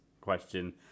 question